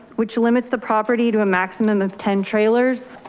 which limits the property to a maximum of ten trailers.